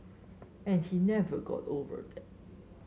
and he never got over that